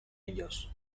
ellos